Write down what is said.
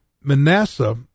Manasseh